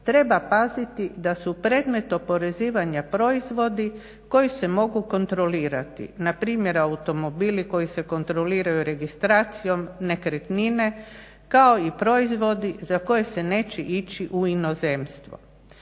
treba paziti da su predmet oporezivanja proizvodi koji se mogu kontrolirati, npr. automobili koji se kontroliraju registracijom, nekretnine, kao i proizvodi za koje se neće ići u inozemstvo.